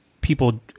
people